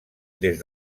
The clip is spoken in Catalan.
des